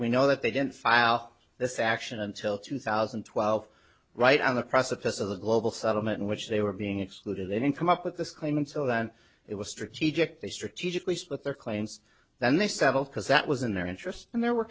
we know that they didn't file this action until two thousand and twelve right on the precipice of the global settlement in which they were being excluded they didn't come up with this claim until then it was strategic they strategically split their claims then they settled because that was in their interest and there were